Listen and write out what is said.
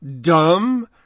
dumb